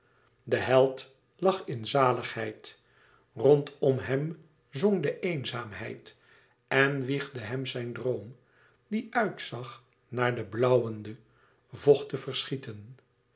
de held lag in zaligheid rondom hem zong de eenzaamheid en wiegde hem zijn droom die uit zag naar de blauwende vochte verschieten